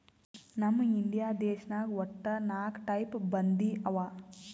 ನಮ್ ಇಂಡಿಯಾ ದೇಶನಾಗ್ ವಟ್ಟ ನಾಕ್ ಟೈಪ್ ಬಂದಿ ಅವಾ